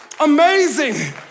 amazing